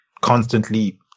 constantly